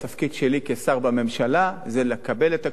התפקיד שלי כשר בממשלה זה לקבל את הכול,